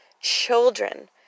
children